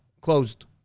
closed